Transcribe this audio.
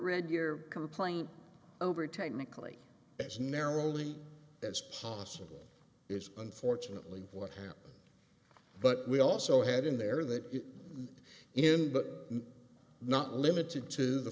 read your complaint over technically as narrowly as possible is unfortunately what happened but we also had in there that it in but not limited to the